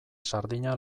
sardina